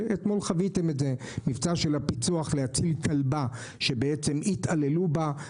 ואתמול חוויתם את זה מבצע של הפיצו"ח להציל כלבה שהתעללו בה.